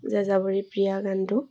যাযাবৰী প্ৰিয়া গানটো